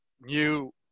new